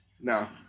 No